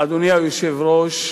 אדוני היושב-ראש,